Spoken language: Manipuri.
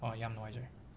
ꯑꯥ ꯌꯥꯝ ꯅꯨꯡꯉꯥꯏꯖꯔꯦ